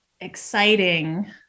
exciting